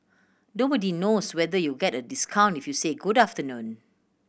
nobody knows whether you'll get a discount if you say good afternoon